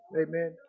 Amen